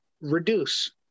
reduce